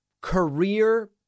career